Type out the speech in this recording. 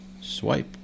swipe